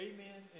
Amen